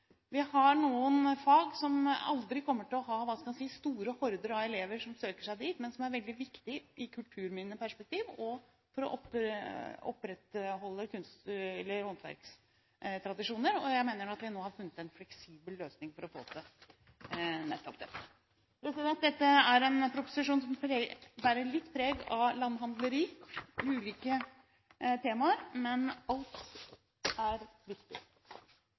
Vi har noen fag som aldri kommer til å ha – hva skal jeg si – store horder av elever som søker seg dit, men som er veldig viktig i kulturminneperspektiv og for å opprettholde håndverkstradisjoner. Jeg mener at vi nå har funnet en fleksibel løsning for å få til nettopp dette. Dette er en proposisjon som bærer litt preg av landhandleri. Det er litt ulike temaer, men alt er viktig.